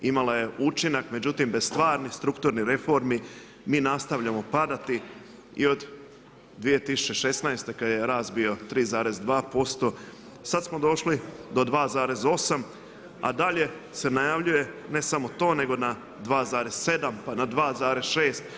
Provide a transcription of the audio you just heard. Imala je učinak, međutim bez stvarnih strukturnih reformi mi nastavljamo padati i od 2016. kada je rast bio 3,2% sad smo došli do 2,8 a dalje se najavljuje ne samo to, nego na 2,7 pa na 2,6.